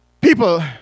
people